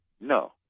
No